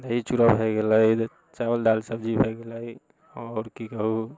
दही चूड़ा भए गेलै चावल दालि सब्जी भए गेलै आओर की कहु